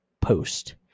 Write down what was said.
post